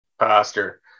pastor